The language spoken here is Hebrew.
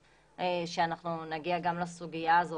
ונגיע גם לסוגיה הזאת,